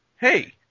hey